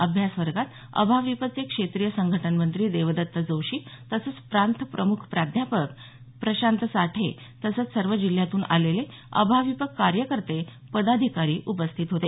अभ्यास वर्गात अभाविपचे क्षेत्रीय संघटनमंत्री देवदत्त जोशी तसंच प्रांत प्रमुख प्राध्यापक प्रशांत साठे तसंच सर्व जिल्ह्यातून आलेले अभाविप कार्यकर्ते पदाधिकारी उपस्थित होते